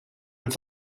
een